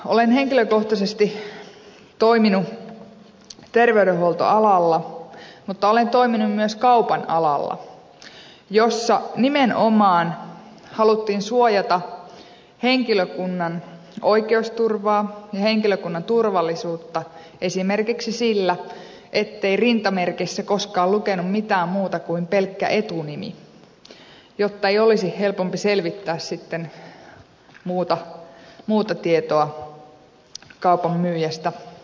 olen henkilökohtaisesti toiminut terveydenhuoltoalalla mutta olen toiminut myös kaupan alalla jolla nimenomaan haluttiin suojata henkilökunnan oikeusturvaa ja henkilökunnan turvallisuutta esimerkiksi sillä ettei rintamerkissä koskaan lukenut mitään muuta kuin pelkkä etunimi jotta ei olisi niin helppoa selvittää muuta tietoa kaupan myyjästä